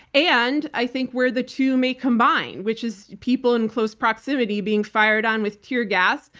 and i think where the two may combine, which is people in close proximity being fired on with teargas,